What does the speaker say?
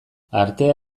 artea